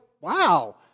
Wow